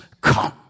come